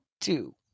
two